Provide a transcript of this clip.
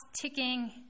ticking